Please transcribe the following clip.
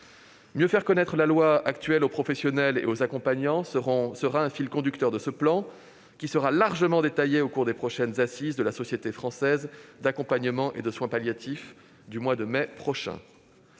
Mieux faire connaître la loi actuelle aux professionnels et aux accompagnants sera l'un des fils conducteurs de ce plan, qui sera largement détaillé au cours des prochaines assises de la Société française d'accompagnement et de soins palliatifs au mois de mai prochain.